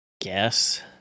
guess